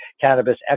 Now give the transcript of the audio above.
cannabis